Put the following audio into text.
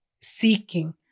seeking